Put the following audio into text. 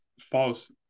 false